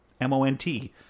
M-O-N-T